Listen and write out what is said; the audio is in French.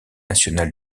nationale